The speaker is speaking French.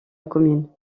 commune